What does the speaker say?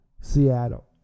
Seattle